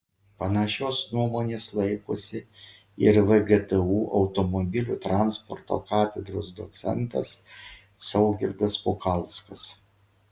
panašios nuomonės laikosi ir vgtu automobilių transporto katedros docentas saugirdas pukalskas